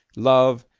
love,